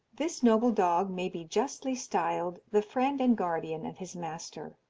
this noble dog may be justly styled the friend and guardian of his master.